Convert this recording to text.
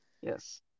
Yes